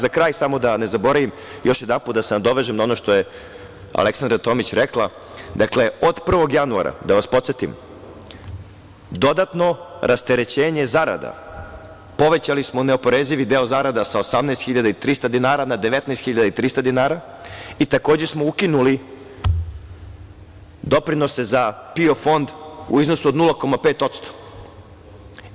Za kraj, samo da ne zaboravim, još jednom da se nadovežem na ono što je Aleksandra Tomić rekla, od 1. januara, da vas podsetim, dodatno rasterećenje zarada, povećali smo neoporezivi deo zarada sa 18.300 dinara na 19.300 dinara i takođe smo ukinuli doprinose za PIO fond u iznosu od 0,5%